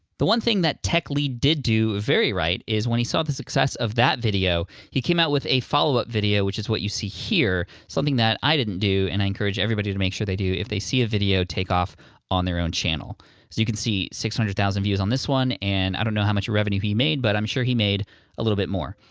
the one thing that techlead did do very right is when he saw the success of that video, he came out with a follow-up video which is what you see here, something that i didn't do, and i encourage everybody to make sure they do if they see a video take off on their own channel. so you can see, six hundred thousand views on this one, and i don't know how much revenue he made but i'm sure he made a little bit more.